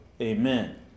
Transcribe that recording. Amen